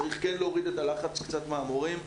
צריך כן להוריד קצת את הלחץ קצת מהמורים.